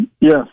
Yes